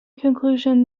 conclusion